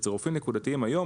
בצירופים נקודתיים היום,